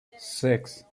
six